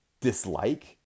dislike